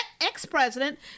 ex-president